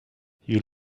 you